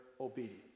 obedience